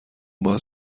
باز